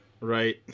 Right